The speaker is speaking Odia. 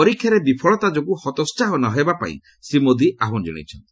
ପରୀକ୍ଷାରେ ବିଫଳତା ଯୋଗୁଁ ହତୋହାହ ନ ହେବାପାଇଁ ଶ୍ରୀ ମୋଦି ଆହ୍ୱାନ ଜଣାଇଛନ୍ତି